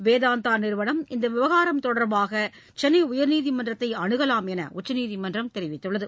வேதாந்தா நிறுவளம் இந்த விவகாரம் தொடர்பாக சென்னை உயர்நீதிமன்றத்தை அனுகலாம் என்று உச்சநீதிமன்றம்தெரிவித்துள்ளது